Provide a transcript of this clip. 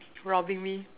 robbing me